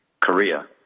Korea